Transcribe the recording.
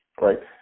right